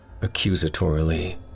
Accusatorily